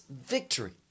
victory